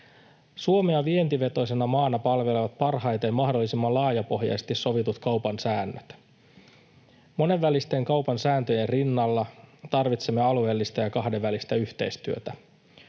Suomea vientivetoisena maana palvelevat parhaiten mahdollisimman laajapohjaisesti sovitut kaupan säännöt. Monenvälisten kaupan sääntöjen rinnalla tarvitsemme alueellista ja kahdenvälistä yhteistyötä.